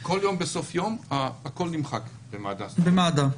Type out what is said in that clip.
כל סוף יום הכול נמחק במד"א.